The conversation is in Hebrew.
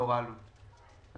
לאור העלות התקציבית.